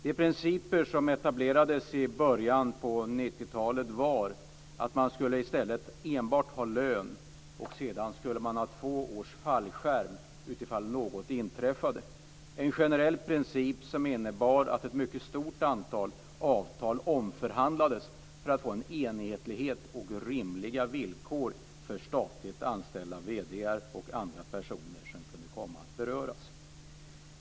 De principer som etablerades i början av 90-talet var att man i stället skulle ha enbart lön, sedan skulle man ha två års fallskärm om något inträffade. Det var en generell princip som innebar att ett stort antal avtal omförhandlades för att få enhetlighet och rimliga villkor för statligt anställda vd:ar och andra personer som skulle kunna komma att beröras.